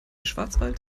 schwarzwald